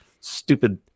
stupid